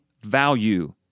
value